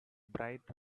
bright